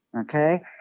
Okay